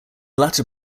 latter